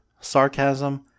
sarcasm